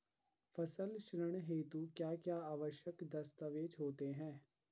फसली ऋण हेतु क्या क्या आवश्यक दस्तावेज़ होते हैं?